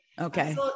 okay